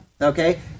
okay